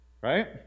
Right